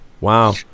wow